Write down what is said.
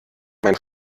mein